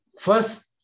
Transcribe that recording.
first